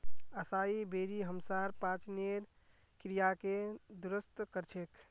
असाई बेरी हमसार पाचनेर क्रियाके दुरुस्त कर छेक